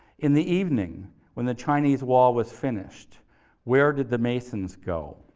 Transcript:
in the evening when the chinese wall was finished where did the masons go?